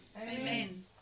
Amen